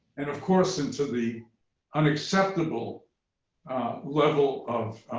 and, of course, into the unacceptable level of